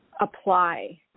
apply